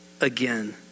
again